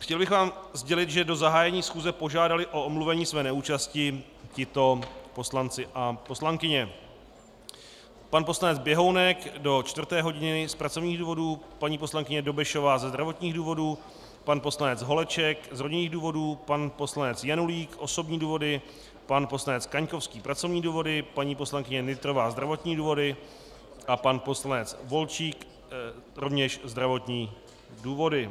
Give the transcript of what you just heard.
Chtěl bych vám sdělit, že do zahájení schůze požádali o omluvení své neúčasti tito poslanci a poslankyně: pan poslanec Běhounek do čtvrté hodiny z pracovních důvodů, paní poslankyně Dobešová ze zdravotních důvodů, pan poslanec Holeček z rodinných důvodů, pan poslanec Janulík osobní důvody, pan poslanec Kaňkovský pracovní důvody, paní poslankyně Nytrová zdravotní důvody a pan poslanec Volčík rovněž zdravotní důvody.